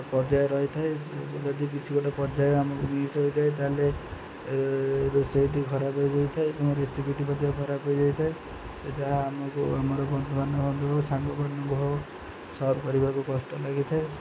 ପର୍ଯ୍ୟାୟ ରହିଥାଏ ଯଦି କିଛି ଗୋଟେ ପର୍ଯ୍ୟାୟ ଆମକୁ ମିସ୍ ହୋଇଯାଏ ତାହେଲେ ରୋଷେଇଟି ଖରାପ ହୋଇଯାଇଥାଏ ଏବଂ ରେସିପିଟି ମଧ୍ୟ ଖରାପ ହୋଇଯାଇଥାଏ ଯାହା ଆମକୁ ଆମର ବନ୍ଧୁମାନଙ୍କୁ ସଙ୍ଗମାନଙ୍କୁ ସର୍ଭ କରିବାକୁ କଷ୍ଟ ଲାଗିଥାଏ